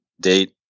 date